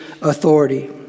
authority